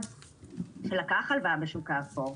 אחד שלקח הלוואה בשוק האפור,